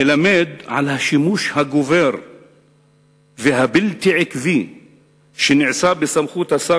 מלמד על השימוש הגובר והבלתי-עקבי שנעשה בסמכות השר